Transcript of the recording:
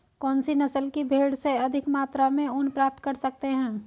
कौनसी नस्ल की भेड़ से अधिक मात्रा में ऊन प्राप्त कर सकते हैं?